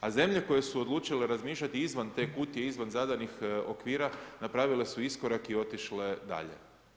A zemlje koje su odlučile razmišljati izvan te kutije, izvan zadanih okvira, napravile su iskorak i otišle dalje.